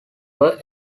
were